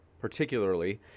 particularly